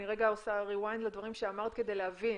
אני רגע עושה rewind לדברים שאמרת כדי להבין.